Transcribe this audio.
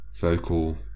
vocal